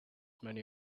many